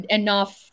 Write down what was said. enough